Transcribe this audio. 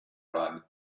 run